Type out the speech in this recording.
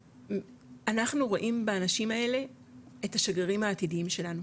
אנחנו רואים באנשים האלה את השגרירים העתידיים שלנו,